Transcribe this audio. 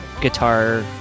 guitar